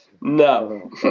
No